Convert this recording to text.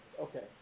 Okay